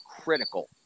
critical